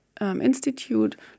Institute